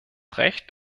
recht